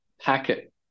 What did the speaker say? packet